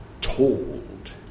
Told